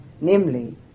namely